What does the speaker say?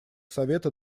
совета